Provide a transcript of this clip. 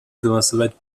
голосовать